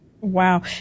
Wow